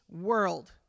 world